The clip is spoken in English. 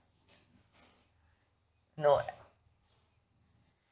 no eh